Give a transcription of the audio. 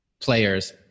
players